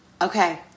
Okay